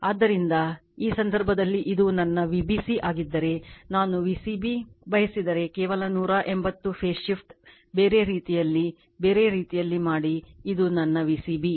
ಆದ್ದರಿಂದ ಈ ಸಂದರ್ಭದಲ್ಲಿ ಇದು ನನ್ನ Vbc ಆಗಿದ್ದರೆ ನಾನು V c b ಬಯಸಿದರೆ ಕೇವಲ 180o ಫೇಸ್ ಶಿಫ್ಟ್ ಬೇರೆ ರೀತಿಯಲ್ಲಿ ಬೇರೆ ರೀತಿಯಲ್ಲಿ ಮಾಡಿ ಇದು ನನ್ನ V c b